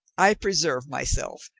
i preserve my self.